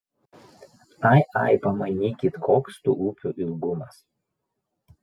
ai ai pamanykit koks tų upių ilgumas